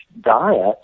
diet